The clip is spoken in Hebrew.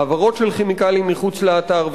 העברות של כימיקלים מחוץ לאתר,